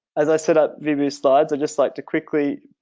as i set up vibhushree's slides i'd just like to quickly